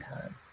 time